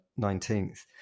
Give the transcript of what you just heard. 19th